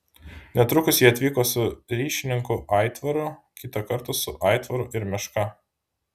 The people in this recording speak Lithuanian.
netrukus ji atvyko su ryšininku aitvaru kitą kartą su aitvaru ir meška